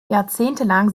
jahrzehntelang